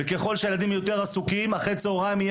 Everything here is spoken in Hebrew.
ככל שהילדים יהיו יותר עסוקים אחר הצהריים יהיו